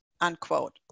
unquote